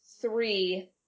three